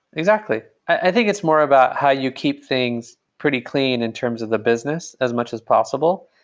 exactly. i think it's more about how you keep things pretty clean in terms of the business as much as possible,